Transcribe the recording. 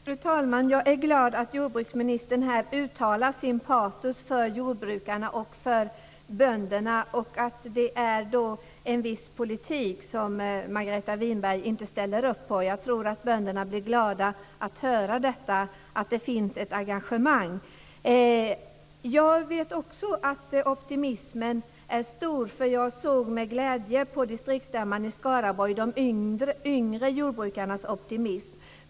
Fru talman! Jag är glad över att jordbruksministern här uttalar sitt patos för jordbrukarna och för bönderna. Det är en viss politik som Margareta Winberg inte ställer upp på. Jag tror att bönderna blir glada över att höra att det finns ett engagemang. Jag vet också att optimismen är stor, för jag såg med glädje de yngre jordbrukarnas optimism på distriktsstämman i Skaraborg.